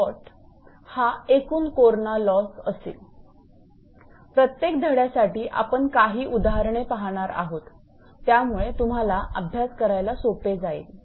प्रत्येक धड्या साठी आपण काही उदाहरणे पाहणार आहोत त्यामुळे तुम्हाला अभ्यास करायला सोपे जाईल